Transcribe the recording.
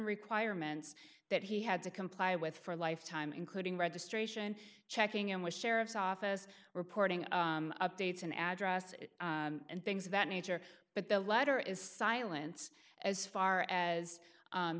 requirements that he had to comply with for a lifetime including registration checking in which sheriff's office reporting updates an address and things of that nature but the letter is silence as far as